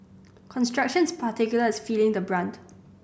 constructions particular is feeling the brunt